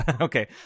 Okay